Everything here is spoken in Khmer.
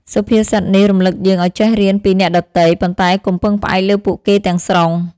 សុភាសិតនេះរំលឹកយើងឲ្យចេះរៀនពីអ្នកដទៃ ប៉ុន្តែកុំពឹងផ្អែកលើពួកគេទាំងស្រុង។